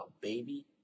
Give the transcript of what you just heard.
baby